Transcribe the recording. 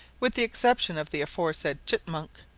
with the exception of the aforesaid chitmunk,